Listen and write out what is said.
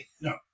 No